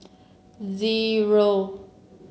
zero